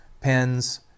pens